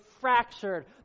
fractured